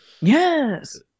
Yes